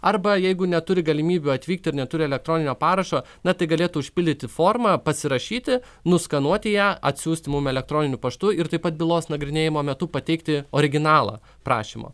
arba jeigu neturi galimybių atvykti ir neturi elektroninio parašo na tai galėtų užpildyti formą pasirašyti nuskanuoti ją atsiųsti mum elektroniniu paštu ir taip pat bylos nagrinėjimo metu pateikti originalą prašymo